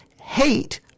Hate